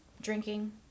drinking